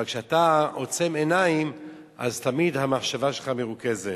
אבל כשאתה עוצם עיניים אז תמיד המחשבה שלך מרוכזת.